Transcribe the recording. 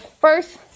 first